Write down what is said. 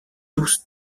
tous